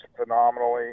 phenomenally